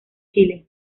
chile